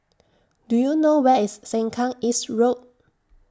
Do YOU know Where IS Sengkang East Road